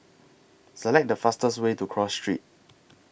Select The fastest Way to Cross Street